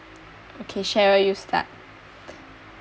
okay cheryl you start